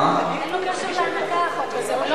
אין לו קשר להנקה, החוק הזה.